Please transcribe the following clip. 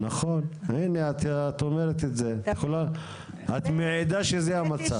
נכון, הנה את אומרת את זה, את מעידה שזה המצב.